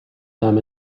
them